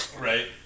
Right